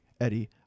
Eddie